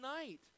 tonight